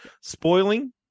Spoiling